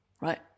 right